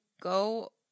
go